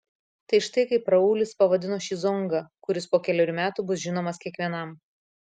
tai štai kaip raulis pavadino šį zongą kuris po kelerių metų bus žinomas kiekvienam